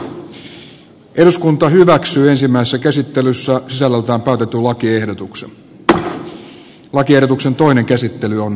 syyperusteisen perusturvan kaikki muodot ja toimeentulotuen perusosa tulee sitoa yhtenäisesti ansiotasoindeksiin